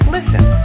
Listen